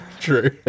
True